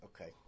Okay